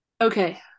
Okay